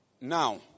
Now